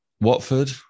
Watford